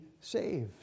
saved